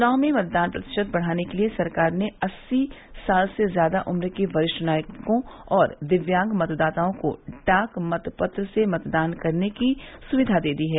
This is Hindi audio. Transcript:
चुनाव में मतदान प्रतिशत बढ़ाने के लिये सरकार ने अस्सी साल से ज्यादा उम्र के वरिष्ठ नागरिकों और दिव्यांग मतदाताओं को डाक मतपत्र से मतदान करने की सुविधा दे दी है